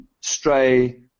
stray